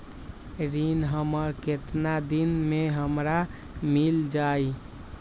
ऋण हमर केतना दिन मे हमरा मील जाई?